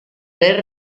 per